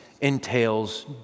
entails